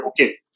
Okay